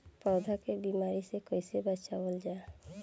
पौधा के बीमारी से कइसे बचावल जा?